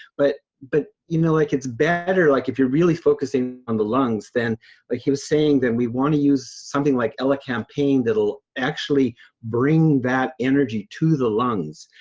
but but you know like it's bad or like if you're really focusing on the lungs, then like ah he was saying, then we wanna use something like elecampane, that'll actually bring that energy to the lungs.